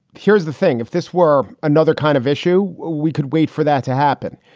here's the thing. if this were another kind of issue, we could wait for that to happen.